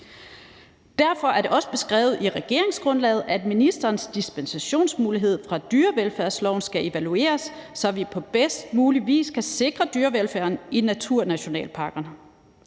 Derfor er det også beskrevet i regeringsgrundlaget, at ministerens dispensationsmulighed fra dyrevelfærdsloven skal evalueres, så vi på bedst mulig vis kan sikre dyrevelfærden i naturnationalparkerne.